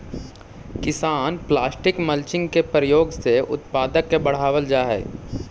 किसान plastic mulching के प्रयोग से उत्पादक के बढ़ावल जा हई